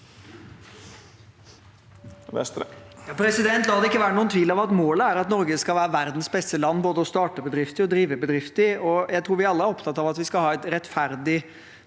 La det ikke være noen tvil om at målet er at Norge skal være verdens beste land både å starte bedrift i og drive bedrift i, og jeg tror vi alle er opptatt av at vi skal ha et rettferdig